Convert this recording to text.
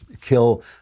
kill